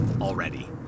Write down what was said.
already